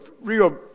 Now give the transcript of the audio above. real